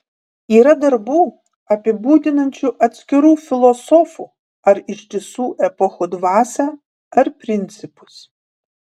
yra darbų apibūdinančių atskirų filosofų ar ištisų epochų dvasią ar principus